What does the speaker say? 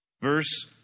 Verse